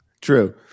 True